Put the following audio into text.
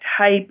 type